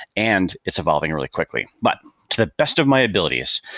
and it's evolving really quickly. but to the best of my abilities,